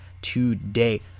today